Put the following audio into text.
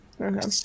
Okay